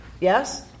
Yes